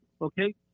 Okay